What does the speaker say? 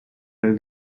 held